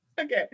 Okay